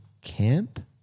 camp